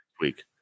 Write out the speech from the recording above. week